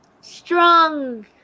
Strong